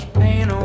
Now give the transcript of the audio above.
pain